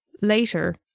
Later